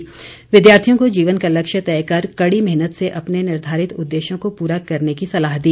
वीरेन्द्र कंवर ने विद्यार्थियों को जीवन का लक्ष्य तय कर कड़ी मेहनत से अपने निर्धारित उद्देश्यों को पूरा करने की सलाह दी